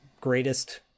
Greatest